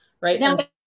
right